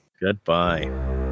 goodbye